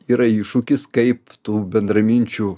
yra iššūkis kaip tų bendraminčių